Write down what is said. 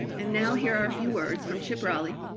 and now here are a few words from chip rolley.